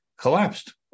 collapsed